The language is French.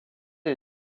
est